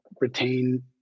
retain